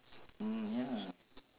mm ya